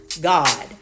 God